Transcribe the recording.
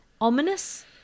ominous